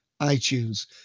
iTunes